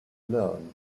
learn